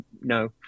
No